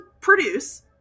produce